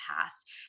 past